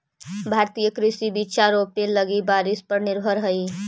भारतीय कृषि बिचा रोपे लगी बारिश पर निर्भर हई